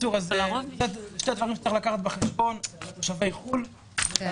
אלה שני דברים שצריך לקחת בחשבון כשדנים על הנושא: תושבי חו"ל וליווי